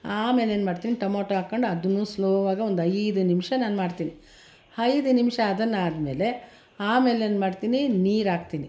ಆಮೇಲೆ ಏನ್ಮಾಡ್ತೀನಿ ಟೊಮಟೊ ಹಾಕೊಂಡು ಅದನ್ನು ಸ್ಲೋ ಆಗಿ ಒಂದು ಐದು ನಿಮಿಷ ನಾನು ಮಾಡ್ತೀನಿ ಐದು ನಿಮಿಷ ಅದನ್ನ ಆದ್ಮೇಲೆ ಆಮೇಲೆ ಏನ್ಮಾಡ್ತೀನಿ ನೀರು ಹಾಕ್ತೀನಿ